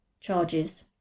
charges